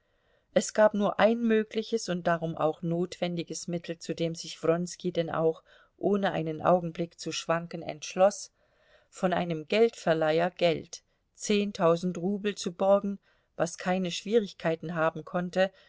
es gab nur ein mögliches und darum auch notwendiges mittel zu dem sich wronski denn auch ohne einen augenblick zu schwanken entschloß von einem geldverleiher geld zehntausend rubel zu borgen was keine schwierigkeiten haben konnte